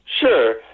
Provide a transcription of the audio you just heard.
sure